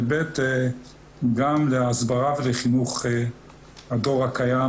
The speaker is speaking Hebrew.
ו-ב' גם להסברה ולחינוך הדור הקיים